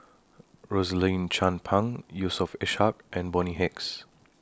Rosaline Chan Pang Yusof Ishak and Bonny Hicks